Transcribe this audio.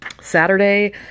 Saturday